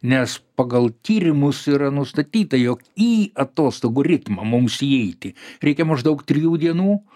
nes pagal tyrimus yra nustatyta jog į atostogų ritmą mums įeiti reikia maždaug trijų dienų